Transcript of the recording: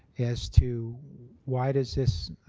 as to why does this